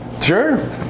sure